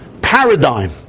paradigm